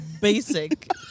basic